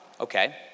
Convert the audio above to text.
Okay